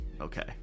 Okay